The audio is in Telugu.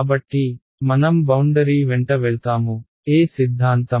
కాబట్టి మనం బౌండరీ వెంట వెళ్తాము ఏ సిద్ధాంతం